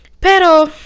pero